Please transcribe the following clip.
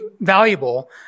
valuable